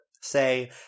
say